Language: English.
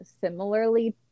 similarly